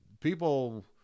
people